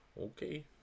Okay